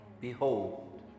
Behold